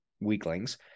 weaklings